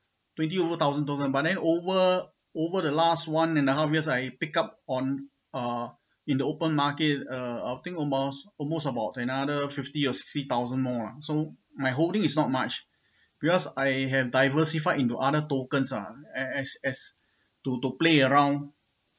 twenty over thousand token but then over over the last one and a half years I pick up on uh in the open market uh I think almost almost about another fifty or sixty thousand more lah so my holding is not much because I have diversified into other tokens ah as as as to to play around